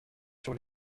sur